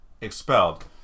expelled